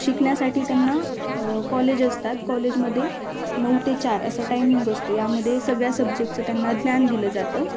शिकण्यासाठी त्यांना कॉलेज असतात कॉलेजमध्ये नऊ ते चार असा टायमिंग असतो यामध्ये सगळ्या सब्जेक्टचं त्यांना ज्ञान दिलं जातं